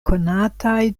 konataj